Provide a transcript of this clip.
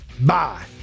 Bye